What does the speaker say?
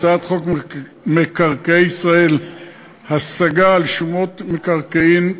הצעת חוק מקרקעי ישראל (השגה על שומות מקרקעין),